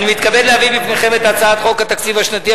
אני מתכבד להביא בפניכם את הצעת חוק התקציב השנתי,